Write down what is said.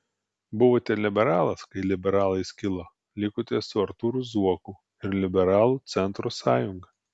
buvote liberalas kai liberalai skilo likote su artūru zuoku ir liberalų centro sąjunga